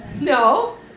No